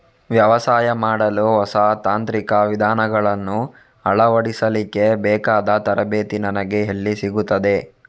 ವ್ಯವಸಾಯ ಮಾಡಲು ಹೊಸ ತಾಂತ್ರಿಕ ವಿಧಾನಗಳನ್ನು ಅಳವಡಿಸಲಿಕ್ಕೆ ಬೇಕಾದ ತರಬೇತಿ ನನಗೆ ಎಲ್ಲಿ ಸಿಗುತ್ತದೆ?